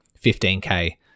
15K